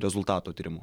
rezultato tyrimų